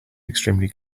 extremely